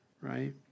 right